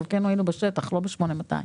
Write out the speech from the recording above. חלקנו היינו בשטח, לא ב-8200.